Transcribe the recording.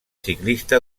ciclista